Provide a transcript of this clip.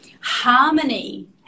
harmony